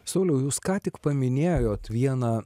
sauliau jūs ką tik paminėjot vieną